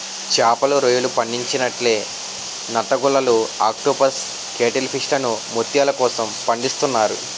చేపలు, రొయ్యలు పండించినట్లే నత్తగుల్లలు ఆక్టోపస్ కేటిల్ ఫిష్లను ముత్యాల కోసం పండిస్తున్నారు